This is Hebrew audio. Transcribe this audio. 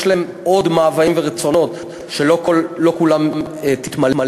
יש להם עוד מאוויים ורצונות שלא כולם יתמלאו,